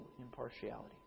impartiality